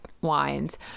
wines